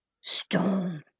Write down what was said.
Stone